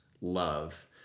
love